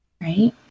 Right